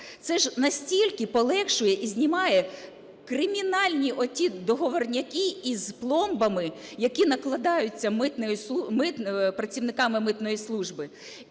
Це ж настільки полегшує і знімає кримінальні оті договорняки із пломбами, які накладаються працівниками митної служби.